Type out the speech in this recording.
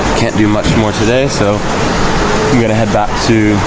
can't do much more today, so i'm going to head back to